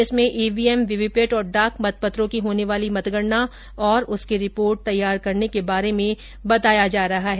इसमें EVM VVPAT और डाक मतपत्रों की होने वाली मतगणना और उसकी रिपोर्ट तैयार करने के बारे में बताया जा रहा है